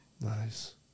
Nice